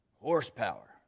horsepower